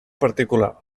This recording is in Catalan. particular